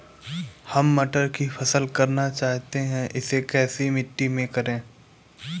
हम टमाटर की फसल करना चाहते हैं इसे कैसी मिट्टी में करें?